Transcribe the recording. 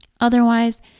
Otherwise